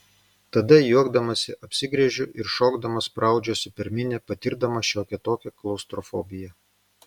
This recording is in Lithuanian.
tada juokdamasi apsigręžiu ir šokdama spraudžiuosi per minią patirdama šiokią tokią klaustrofobiją